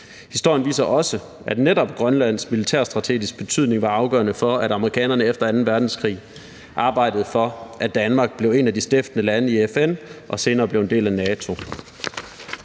Historien viser også, at netop Grønlands militærstrategiske betydning var afgørende for, at amerikanerne efter anden verdenskrig arbejdede for, at Danmark blev et af de stiftende lande i FN og senere blev en del af NATO.